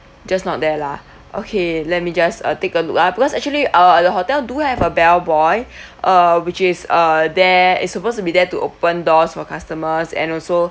just not there lah okay let me just uh take a look ah because actually uh the hotel do have a bellboy uh which is uh there is supposed to be there to open doors for customers and also